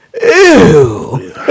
Ew